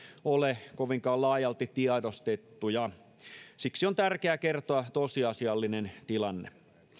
ole kovinkaan laajalti tiedostettuja siksi on tärkeää kertoa tosiasiallinen tilanne